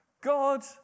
God